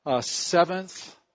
seventh